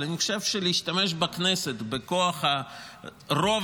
אבל אני חושב שלהשתמש בכנסת בכוח הרוב